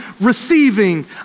receiving